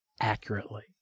accurately